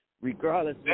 regardless